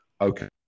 okay